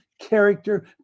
character